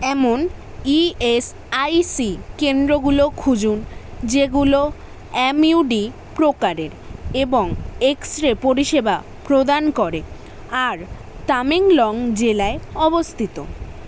এমন E S I C কেন্দ্রগুলো খুঁজুন যেগুলো এম ইউ ডি প্রকারের এবং এক্স রে পরিষেবা প্রদান করে আর তামেংলং জেলায় অবস্থিত